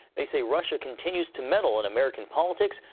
they say russia continues to meddle in american politics,